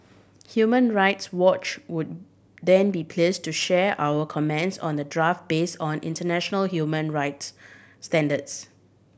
Human Rights Watch would then be please to share our comments on the draft base on international human rights standards